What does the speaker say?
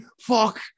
Fuck